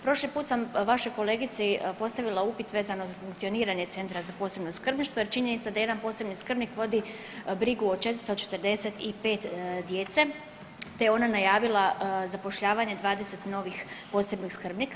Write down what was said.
Prošli puta sam vašoj kolegici postavila upit vezano za funkcioniranje Centra za posebno skrbništvo jer činjenica da jedan poseban skrbnik vodi brigu od 445 djece te je ona najavila zapošljavanje 20 novih posebnih skrbnika.